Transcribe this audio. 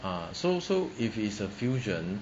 ah so so if it is a fusion